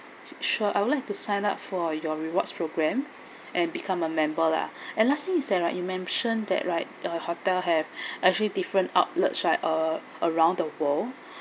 sure I would like to sign up for your rewards programme and become a member lah and lastly is that like you mentioned that right your hotel have actually different outlets right uh around the world